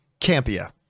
campia